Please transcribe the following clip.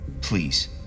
Please